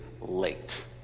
late